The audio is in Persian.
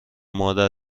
مادر